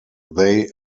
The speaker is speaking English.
they